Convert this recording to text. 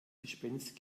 gespenst